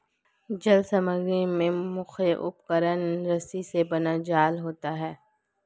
जल समग्री में मुख्य उपकरण रस्सी से बना जाल होता है